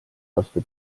vastu